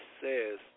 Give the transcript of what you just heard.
says